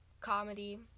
comedy